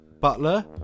Butler